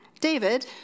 David